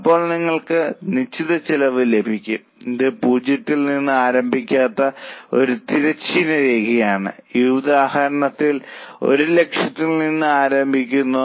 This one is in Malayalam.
അപ്പോൾ നിങ്ങൾക്ക് നിശ്ചിത ചെലവ് ലഭിച്ചു ഇത് 0 ൽ നിന്ന് ആരംഭിക്കാത്ത ഒരു തിരശ്ചീന രേഖയാണ് ഈ ഉദാഹരണത്തിൽ ഒരു ലക്ഷത്തിൽ നിന്ന് ആരംഭിക്കുന്നു